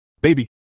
Baby